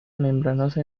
membranosa